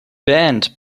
band